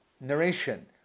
narration